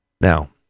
Now